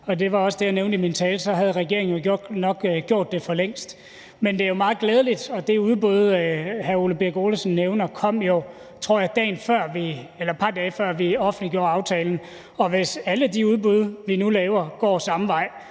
det var også det, jeg nævnte i min tale – havde regeringen jo nok gjort det for længst, men det er jo meget glædeligt. Det udbud, hr. Ole Birk Olesen nævner, kom jo, tror jeg, et par dage før vi offentliggjorde aftalen. Og hvis alle de udbud, vi nu laver, går samme vej,